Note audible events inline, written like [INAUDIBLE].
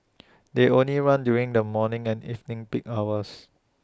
[NOISE] they only run during the morning and evening peak hours